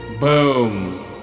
Boom